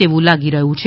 તેવું લાગી રહ્યું છે